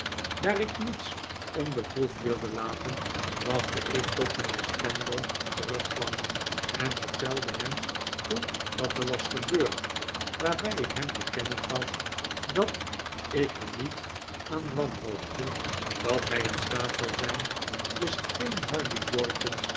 daar ik niets onbeproefd wilde laten wachtte ik tot mijnheer spenlow terugkwam en vertelde hem toen wat er was gebeurd waarbij ik hem te kennen gaf dat ik er niet aan wanhoopte dat hij in stiat zou zijn den steenharden jorkins